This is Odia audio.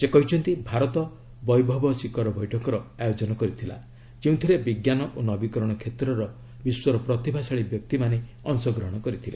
ସେ କହିଛନ୍ତି ଭାରତ ବୈଭବ ଶିଖର ବୈଠକର ଆୟୋଜନ କରିଥିଲା ଯେଉଁଥିରେ ବିଜ୍ଞାନ ଓ ନବୀକରଣ କ୍ଷେତ୍ରର ବିଶ୍ୱର ପ୍ରତିଭାଶାଳୀ ବ୍ୟକ୍ତିମାନେ ଅଂଶଗ୍ରହଣ କରିଥିଲେ